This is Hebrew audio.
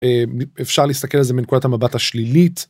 אפשר להסתכל על זה מנקודת המבט השלילית.